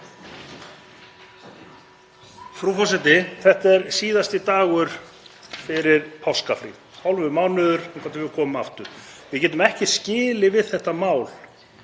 Frú forseti. Þetta er síðasti dagur fyrir páskafrí, hálfur mánuður þangað til við komum aftur. Við getum ekki skilið við þetta mál